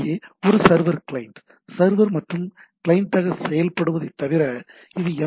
ஏ ஒரு server client server மற்றும் கிளையண்டாக செயல்படுவதைத் தவிர இது எம்